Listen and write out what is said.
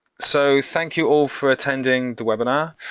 so thank you all for attending the webinar.